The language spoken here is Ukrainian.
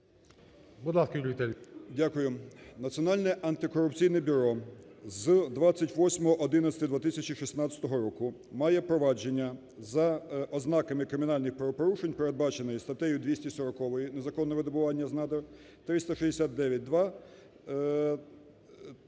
ЛУЦЕНКО Ю.В. Дякую. Національне антикорупційне бюро з 28.11.2016 року має провадження за ознаками кримінальних правопорушень передбачене статтею 240 "Незаконне видобування з надр", 369-2